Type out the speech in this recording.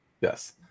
Yes